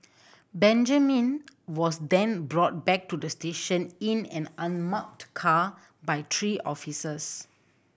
Benjamin was then brought back to the station in an unmarked car by three officers